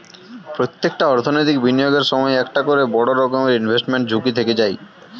প্রত্যেকটা অর্থনৈতিক বিনিয়োগের সময় একটা করে বড় রকমের ইনভেস্টমেন্ট ঝুঁকি থেকে যায়